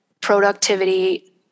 productivity